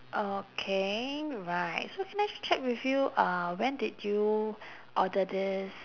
okay right so can I check with you uh when did you order this